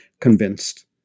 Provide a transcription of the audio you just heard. convinced